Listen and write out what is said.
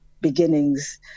beginnings